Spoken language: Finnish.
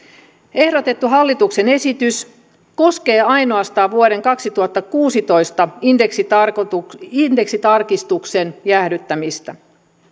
ehdotettu hallituksen esitys koskee ainoastaan vuoden kaksituhattakuusitoista indeksitarkistuksen indeksitarkistuksen jäädyttämistä